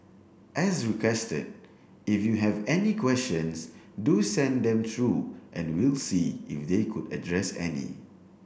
as requested if you have any questions do send them through and we'll see if they could address any